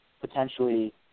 potentially